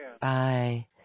Bye